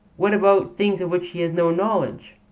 what about things of which he has no knowledge